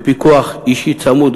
בפיקוח אישי צמוד,